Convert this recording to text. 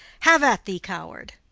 have at thee, coward!